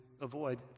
avoid